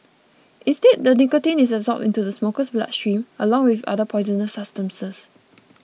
instead the nicotine is absorbed into the smoker's bloodstream along with other poisonous substances